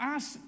Ask